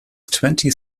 twenty